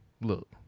Look